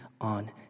on